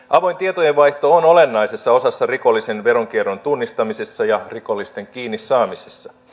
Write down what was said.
avoin tietojenvaihto on olennaisessa osassa rikollisen veronkierron tunnistamisessa ja rikollisten kiinnisaamisessa